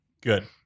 Good